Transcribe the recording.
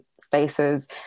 spaces